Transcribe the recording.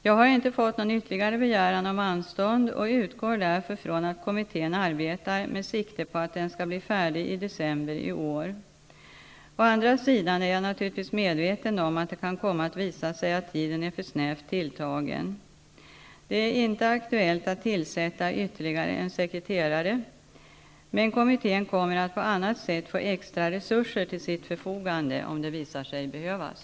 Jag har inte fått någon ytterligare begäran om anstånd och utgår därför från att kommittén arbetar med sikte på att den skall bli färdig i december i år. Å andra sidan är jag naturligtvis medveten om att det kan komma att visa sig att tiden är för snävt tilltagen. Det är inte aktuellt att tillsätta ytterligare en sekreterare, men kommittén kommer att på annat sätt få extra resurser till sitt förfogande, om det visar sig behövas.